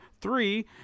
three